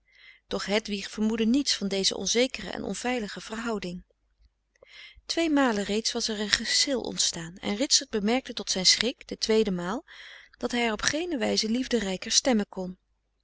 doch hedwig vermoedde niets van deze onzekere en onveilige verhouding tweemalen reeds was er een geschil ontstaan en ritsert bemerkte tot zijn schrik de tweede maal dat hij haar op geene wijze liefderijker stemmen kon